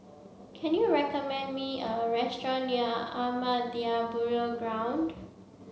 can you recommend me a restaurant near Ahmadiyya Burial Ground